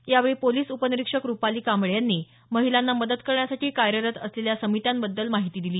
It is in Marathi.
यावेळी पोलिस उपनिरीक्षक रुपाली कांबळे यांनी महिलांना मदत करण्यासाठी कार्यरत असलेल्या समित्याबद्दल माहिती दिली